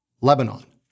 Lebanon